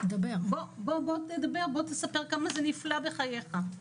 בוא תדבר, בוא תספר כמה זה נפלא בחייך.